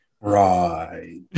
Right